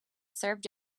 served